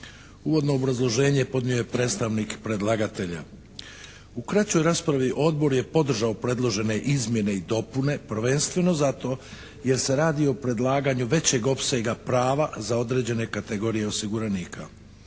Uvodno obrazloženje podnio je predstavnik predlagatelja. U kraćoj raspravi Odbor je podržao predložene izmjene i dopune prvenstveno zato jer se radi o predlaganju većeg opsega prava za određene kategorije osiguranika.